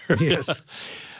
Yes